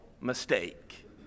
mistake